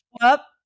up